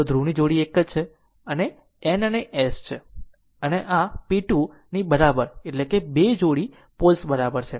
તેથી તે ધ્રુવની 1 જોડી છે જે N અને S છે અને અહીં આ p 2 ની બરાબર છે કારણ કે 2 જોડી પોલ્સ બરાબર છે